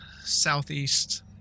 southeast